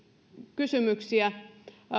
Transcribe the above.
kysymyksiä